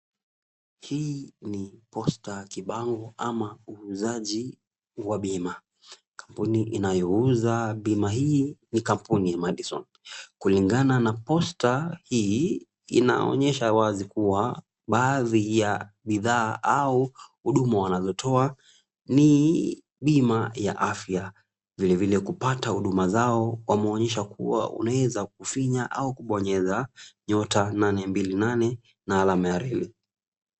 Hii ni poster kibango au uuzaji wa bima. Kampuni inayouza bima hii ni kampuni Madison. kulingana na poster hii inaonyesha wazi kuwa baadhi ya bidhaa au huduma wanazotoa ni bima ya afya. Vile vile kupata huduma zao wameonyesha kuwa unaeza kufinya au kubonyeza *828#